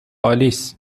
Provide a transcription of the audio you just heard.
آلیس